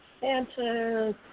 Santa